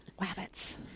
Rabbits